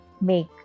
make